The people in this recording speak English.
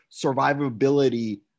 survivability